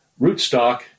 Rootstock